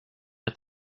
jag